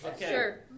Sure